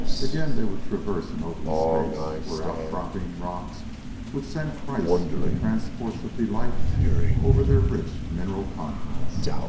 again they would traverse an open space, where outcropping rocks would send kreiss into transports of delight over their rich mineral contents.